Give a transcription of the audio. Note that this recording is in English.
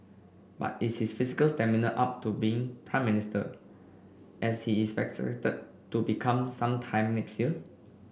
but is his physical stamina up to being Prime Minister as he is expected to become some time next year